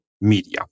media